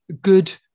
good